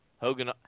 Hogan